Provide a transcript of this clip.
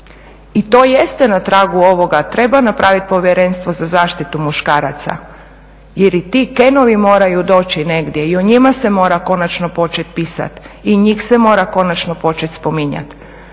I to jeste na tragu ovoga. Treba napraviti Povjerenstvo za zaštitu muškaraca, jer i ti Kenovi moraju doći negdje. I o njima se mora konačno početi pisati i njih se mora konačno početi spominjati.